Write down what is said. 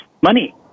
money